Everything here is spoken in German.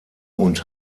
und